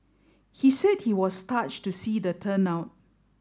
he said he was touched to see the turnout